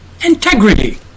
integrity